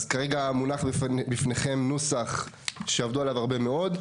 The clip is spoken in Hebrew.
אז כרגע מונח בפניכם נוסח שעבדו עליו הרבה מאוד.